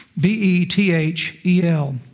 B-E-T-H-E-L